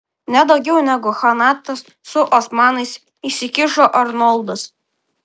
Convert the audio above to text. nedaugiau negu chanatas su osmanais įsikišo arnoldas